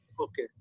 Okay